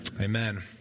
amen